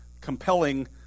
compelling